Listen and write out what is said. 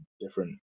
different